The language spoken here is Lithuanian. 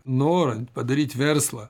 norint padaryt verslą